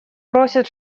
просят